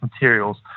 materials